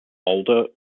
older